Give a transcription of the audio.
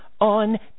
on